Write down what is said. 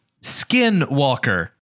Skinwalker